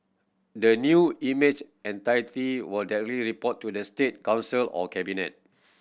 the new image entity will directly report to the State Council or cabinet